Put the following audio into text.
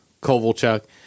Kovalchuk